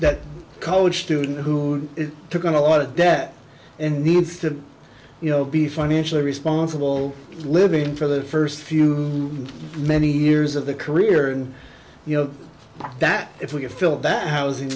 that college student who took on a lot of debt and needs to you know be financially responsible living for the first few many years of the career and you know that if we could fill that